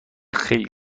خیلی